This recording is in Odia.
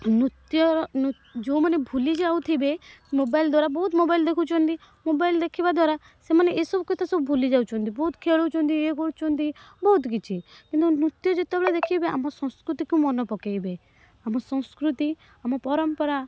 ନୃତ୍ୟ ଯେଉଁମାନେ ଭୁଲି ଯାଉଥିବେ ମୋବାଇଲ୍ ଦ୍ୱାରା ବହୁତ ମୋବାଇଲ୍ ଦେଖୁଛନ୍ତି ମୋବାଇଲ୍ ଦେଖିବା ଦ୍ୱାରା ସେମାନେ ଏସବୁ କଥା ସବୁ ଭୁଲି ଯାଉଛନ୍ତି ବହୁତ ଖେଳୁଛନ୍ତି ଇଏ କରୁଛନ୍ତି ବହୁତ କିଛି କିନ୍ତୁ ନୃତ୍ୟ ଯେତେବେଳେ ଦେଖିବେ ଆମ ସଂସ୍କୃତିକୁ ମନେ ପକାଇବେ ଆମ ସଂସ୍କୃତି ଆମ ପରମ୍ପରା